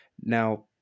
Now